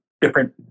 different